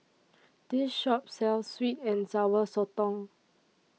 This Shop sells Sweet and Sour Sotong